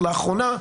ולאחרונה,